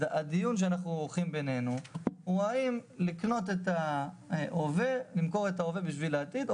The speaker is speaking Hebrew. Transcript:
הדיון שאנחנו עורכים בינינו הוא האם למכור את ההווה בשביל העתיד,